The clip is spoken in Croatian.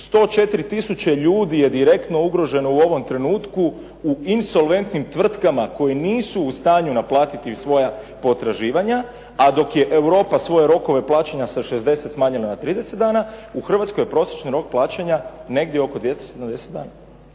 104 tisuće ljudi je direktno ugroženo u ovom trenutku u insolventnim tvrtkama koje nisu u stanju naplatiti svoja potraživanja, a dok je Europa svoje rokove plaćanja sa 60 smanjila na 30 dana, u Hrvatskoj je prosječan rok plaćanja negdje oko 270 dana.